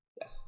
Yes